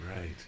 right